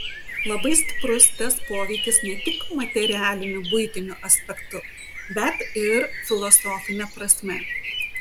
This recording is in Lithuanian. labai stiprus tas poveikis ne tik materialiniu buitiniu aspektu bet ir filosofine prasme